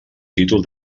títol